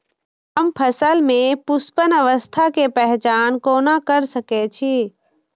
हम फसल में पुष्पन अवस्था के पहचान कोना कर सके छी?